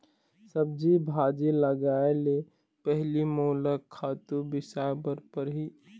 सब्जी भाजी लगाए ले पहिली मोला खातू बिसाय बर परही